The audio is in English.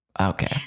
Okay